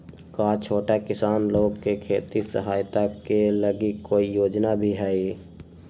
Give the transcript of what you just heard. का छोटा किसान लोग के खेती सहायता के लगी कोई योजना भी हई?